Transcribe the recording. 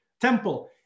temple